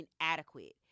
inadequate